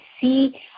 see